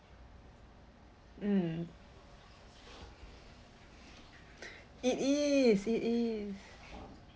mm it is it is